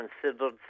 considered